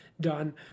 done